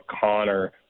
Connor